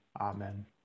Amen